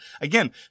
Again